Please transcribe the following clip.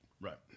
right